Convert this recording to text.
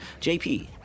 JP